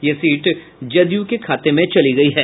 यह सीट जदयू के खाते में चली गयी है